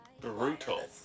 brutal